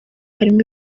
harimo